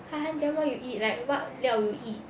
!huh! then what you eat like what 料 you eat